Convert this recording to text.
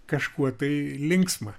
kažkuo tai linksma